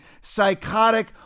psychotic